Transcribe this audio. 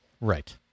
Right